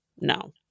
No